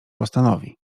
postanowi